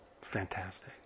fantastic